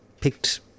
picked